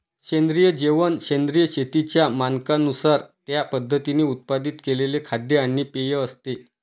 सेंद्रिय जेवण सेंद्रिय शेतीच्या मानकांनुसार त्या पद्धतीने उत्पादित केलेले खाद्य आणि पेय असते